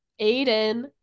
Aiden